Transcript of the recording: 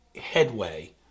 headway